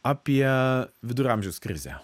apie vidurio amžiaus krizę